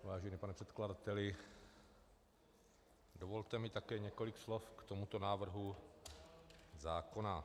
Vážený pane předkladateli, dovolte mi také několik slov k tomuto návrhu zákona.